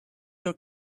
your